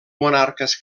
monarques